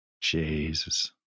Jesus